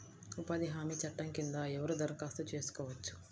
ఉపాధి హామీ చట్టం కింద ఎవరు దరఖాస్తు చేసుకోవచ్చు?